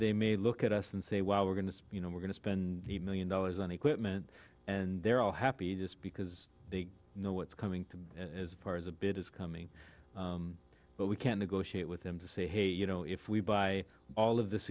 they may look at us and say wow we're going to you know we're going to spend eight million dollars on equipment and they're all happy just because they know what's coming to as far as a bid is coming but we can't negotiate with them to say hey you know if we buy all of this